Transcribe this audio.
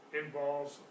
involves